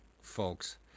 folks